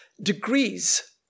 degrees